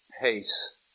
pace